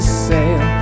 sail